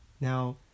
Now